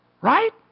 Right